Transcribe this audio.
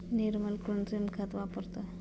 निर्मल कृत्रिम खत वापरतो